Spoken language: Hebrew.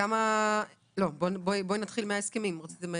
אני מבקשת שתתני